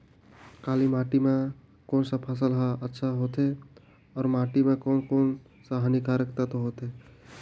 काली माटी मां कोन सा फसल ह अच्छा होथे अउर माटी म कोन कोन स हानिकारक तत्व होथे?